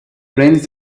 brains